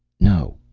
no.